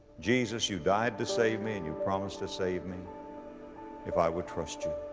jesus, you died to save me and you promised to save me if i would trust you.